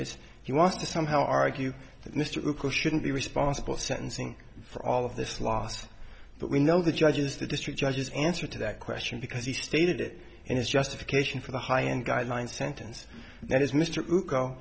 is he wants to somehow argue that mr bush shouldn't be responsible sentencing for all of this last but we know the judges the district judges answer to that question because he stated it in his justification for the high end guideline sentence that as mr